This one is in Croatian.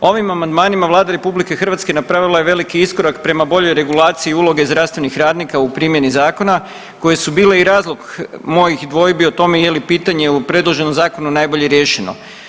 Ovim amandmanima Vlada RH napravila je veliki iskorak prema boljoj regulaciji uloge zdravstvenih radnika u primjeni zakona koje su bile i razlog mojih dvojbi o tome je li pitanje u predloženom zakonu najbolje riješeno.